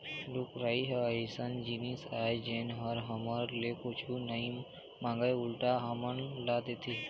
रूख राई ह अइसन जिनिस आय जेन ह हमर ले कुछु नइ मांगय उल्टा हमन ल देथे